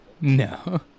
No